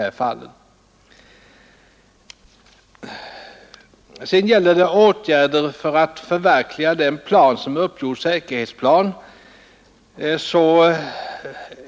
När det sedan gäller åtgärder för att förverkliga den säkerhetsplan som uppgjorts